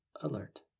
alert